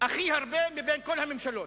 הכי הרבה מבין כל הממשלות.